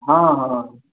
हँ हँ